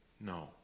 no